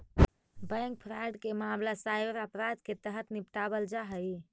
bank fraud के मामला cyber अपराध के तहत निपटावल जा हइ